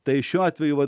tai šiuo atveju vat